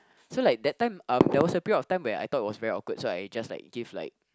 so like that time um there was a period of time where I thought it was very awkward so I just like give like